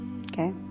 Okay